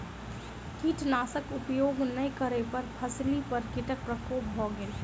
कीटनाशक उपयोग नै करै पर फसिली पर कीटक प्रकोप भ गेल